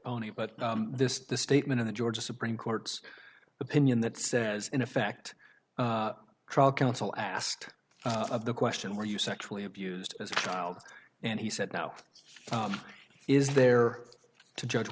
pony but this is the statement in the georgia supreme court's opinion that says in effect trial counsel asked the question where you sexually abused as a child and he said now is there to judge